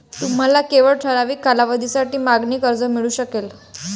तुम्हाला केवळ ठराविक कालावधीसाठी मागणी कर्ज मिळू शकेल